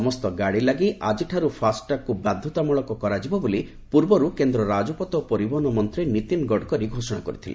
ସମସ୍ତ ଗାଡ଼ିଲାଗି ଆକିଠାରୁ ଫାସ୍ଟାଗ୍କୁ ବାଧ୍ୟତାମୂଳକ କରାଯିବ ବୋଲି ପୂର୍ବରୁ କେନ୍ଦ୍ର ରାଜପଥ ଓ ପରିବହନ ମନ୍ତ୍ରୀ ନୀତିନ ଗଡ଼କରୀ ଘୋଷଣା କରିଥିଲେ